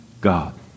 God